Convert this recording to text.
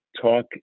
Talk